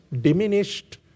diminished